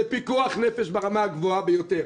זה פיקוח נפש ברמה הגבוהה ביותר.